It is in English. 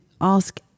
ask